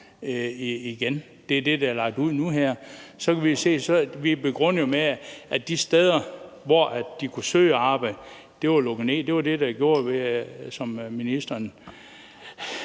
det er det, der er lagt ud nu her – så kan man se, at vi begrunder det med, at det de steder, hvor de kunne søge arbejde, var lukket ned. Det var det, der gjorde det.